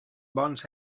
bons